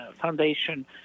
Foundation